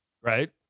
right